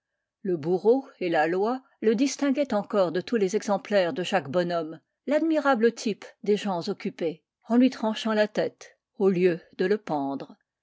le bourreau et la loi le distinguaient encore de tous les exemplaires de jacques bonhomme l'admirable type des gens occupés en lui tranchant la tête au lieu de le pendre